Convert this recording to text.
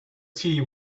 tee